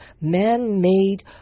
man-made